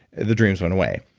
the dreams went away.